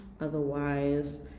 Otherwise